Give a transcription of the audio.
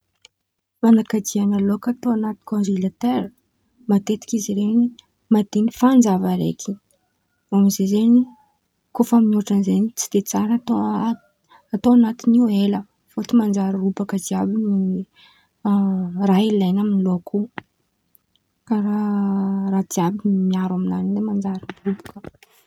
Fanakajian̈a laôko atao an̈aty konzelatera matetiky izy ren̈y madin̈y fanjava raiky amizay zen̈y kô fa mihôtra zen̈y tsy de tsara atao an̈atinio ela fôtiny manjary robaka jiàby raha ilain̈a amy laôko io karàha raha jiàby miaro amin̈any in̈y manjary robaka.